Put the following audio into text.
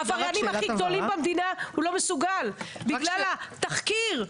העבריינים הכי גדולים במדינה, רק בגלל איזה תחקיר.